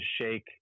shake